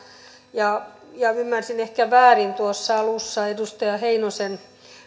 ja ja ymmärsin ehkä väärin tuossa alussa edustaja heinosen